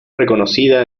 reconocida